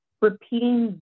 repeating